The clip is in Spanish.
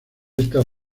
estas